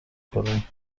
کنه